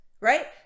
right